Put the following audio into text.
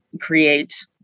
create